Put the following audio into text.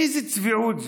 איזה צביעות זו.